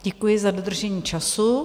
Děkuji za dodržení času.